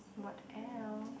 what else